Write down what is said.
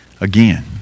again